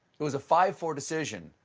it was a five four decision.